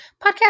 podcast